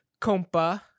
compa